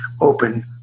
open